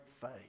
faith